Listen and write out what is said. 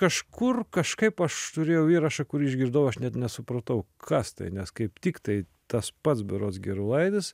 kažkur kažkaip aš turėjau įrašą kurį išgirdau aš net nesupratau kas tai nes kaip tiktai tas pats berods gerulaitis